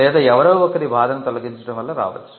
లేదా ఎవరో ఒకరి బాధను తొలగించడం వల్ల రావచ్చు